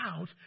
out